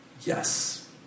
Yes